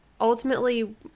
ultimately